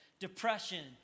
depression